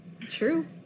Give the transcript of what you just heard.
True